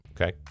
Okay